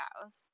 house